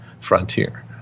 frontier